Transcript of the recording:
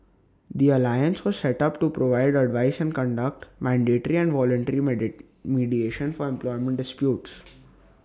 the alliance was set up to provide advice and conduct mandatory and voluntary mediation for employment disputes